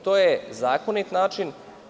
To je zakonit način.